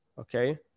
Okay